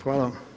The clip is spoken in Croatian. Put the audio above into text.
Hvala.